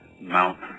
Mount